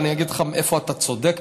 אני אגיד לך איפה אתה צודק,